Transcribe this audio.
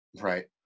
right